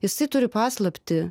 jisai turi paslaptį